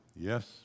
Yes